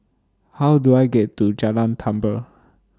How Do I get to Jalan Tambur